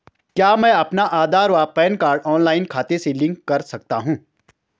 क्या मैं अपना आधार व पैन कार्ड ऑनलाइन खाते से लिंक कर सकता हूँ?